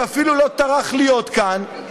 שאפילו לא טרח להיות כאן,